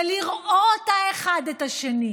זה לראות האחד את השני,